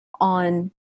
on